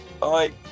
Bye